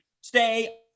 stay